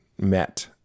met